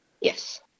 Yes